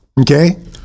okay